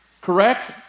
Correct